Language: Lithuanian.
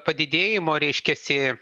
padidėjimo reiškiasi